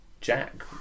Jack